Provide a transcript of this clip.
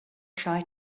try